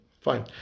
Fine